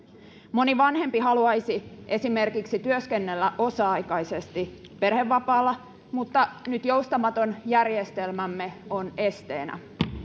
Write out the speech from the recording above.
moni vanhempi haluaisi esimerkiksi työskennellä osa aikaisesti perhevapaalla mutta nyt joustamaton järjestelmämme on esteenä